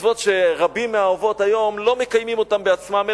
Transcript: מצוות שרבים מהאבות היום לא מקיימים אותם בעצמם,